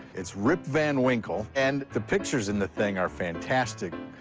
it's rip van winkle. and the pictures in the thing are fantastic.